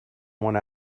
one